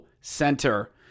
Center